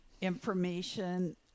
information